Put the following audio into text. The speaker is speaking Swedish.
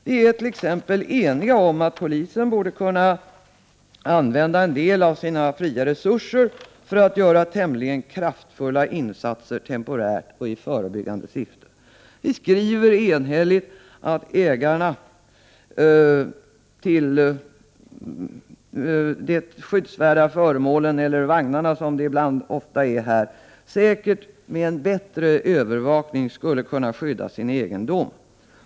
Vi är t.ex. eniga om att polisen borde kunna använda en del av sina fria resurser för att göra tämligen kraftfulla insatser temporärt och i förebyggande syfte. Vi skriver enhälligt att ägarna till de skyddsvärda föremålen — eller vagnarna, som det ofta är — säkert med en bättre övervakning skulle kunna skydda sin egendom.